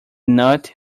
nut